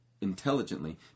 intelligently